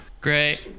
Great